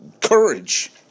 courage